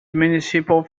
municipal